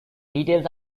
details